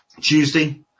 Tuesday